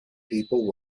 people